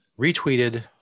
retweeted